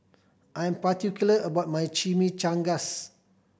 I'm particular about my Chimichangas